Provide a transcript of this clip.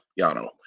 Yano